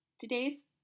Today's